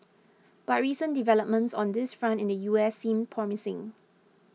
but recent developments on this front in the U S seem promising